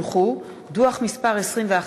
דוח מס' 21,